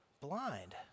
blind